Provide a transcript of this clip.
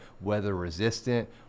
weather-resistant